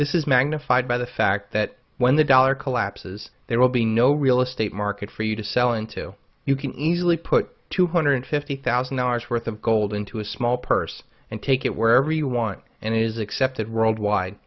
this is magnified by the fact that when the dollar collapses there will be no real estate market for you to sell into you can easily put two hundred fifty thousand dollars worth of gold into a small arse and take it wherever you want and it is accepted worldwide